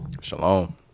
shalom